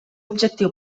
objectiu